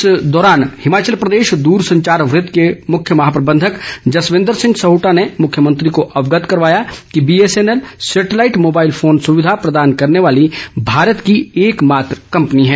इस दौरान हिमाचल प्रदेश दूर संचार वृत के मुख्य महाप्रबंधक जसविंदर सिंह सहोटा ने मुख्यमंत्री को अवगत करवाया कि बीएसएनएल सैटेलाईट मोबाईल फोन सुविधा प्रदान करने वाली भारत की एक मात्र कंपनी है